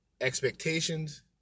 expectations